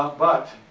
um but,